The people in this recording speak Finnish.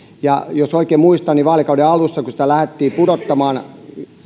jos oikein muistan niin vaalikauden alussa kun sitä lähdettiin pudottamaan